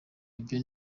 ibyo